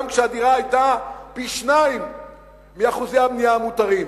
גם כשהדירה פי-שניים מאחוזי הבנייה המותרים.